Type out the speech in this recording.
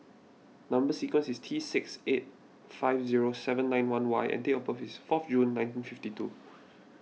Number Sequence is T six eight five zero seven nine one Y and date of birth is fourth June nineteen fifty two